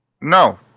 No